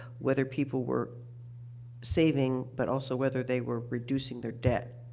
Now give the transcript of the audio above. whether people were saving but also whether they were reducing their debt?